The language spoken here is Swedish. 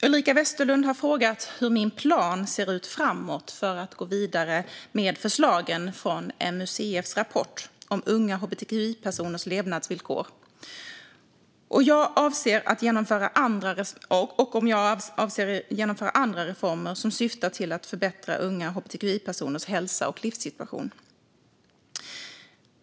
Ulrika Westerlund har frågat hur min plan ser ut för att gå vidare med förslagen från MUCF:s rapport om unga hbtqi-personers levnadsvillkor och om jag avser att genomföra andra reformer som syftar till att förbättra unga hbtqi-personers hälsa och livssituation.